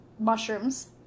mushrooms